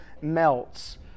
melts